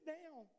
down